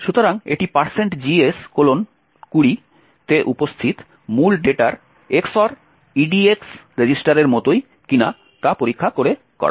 সুতরাং এটি gs20 এ উপস্থিত মূল ডেটার EX OR EDX রেজিস্টারের মতোই কিনা তা পরীক্ষা করে করা হয়